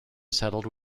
settled